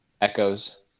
Echoes